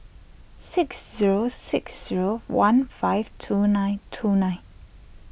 six zero six zero one five two nine two nine